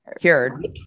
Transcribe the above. Cured